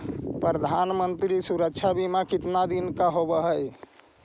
प्रधानमंत्री मंत्री सुरक्षा बिमा कितना दिन का होबय है?